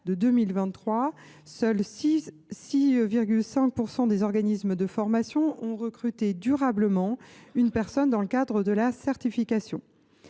de 2023, seuls 6,5 % des organismes de formation ont recruté durablement une personne dans le cadre de la certification.